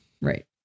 Right